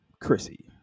Chrissy